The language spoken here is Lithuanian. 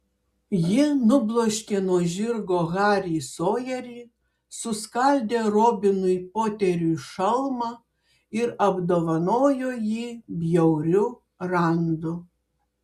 ji nubloškė nuo žirgo harį sojerį suskaldė robinui poteriui šalmą ir apdovanojo jį bjauriu randu